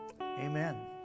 Amen